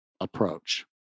approach